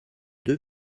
deux